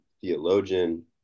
theologian